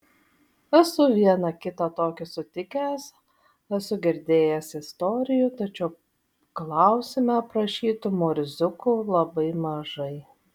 esu vieną kitą tokį sutikęs esu girdėjęs istorijų tačiau klausime aprašytų murziukų labai mažai